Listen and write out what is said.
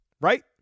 Right